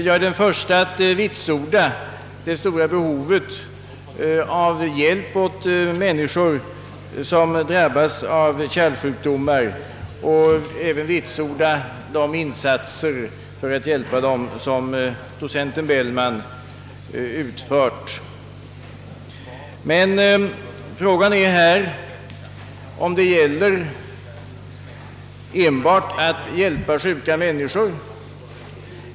Jag är den förste att vitsorda det stora behovet av hjälp åt människor som drabbas av kärlsjukdomar och även de insatser för att hjälpa dem som docenten Bellman gjort. Men frågan är här om det gäller enbart att hjälpa sjuka människor.